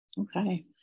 Okay